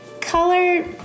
Color